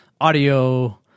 audio